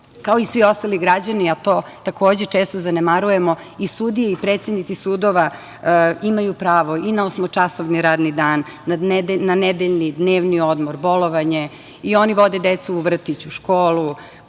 i svi ostali građani, a to takođe često zanemarujemo i sudije i predsednici sudova imaju pravo i na osmočasovni radni dan, na nedeljni, dnevni odmor, bolovanje i oni vode decu u vrtić, u školu,